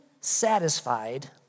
satisfied